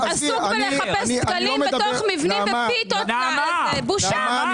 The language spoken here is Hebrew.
עסוק בלחפש דגלים בתוך מבנים בפיתות זו בושה.